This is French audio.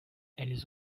elles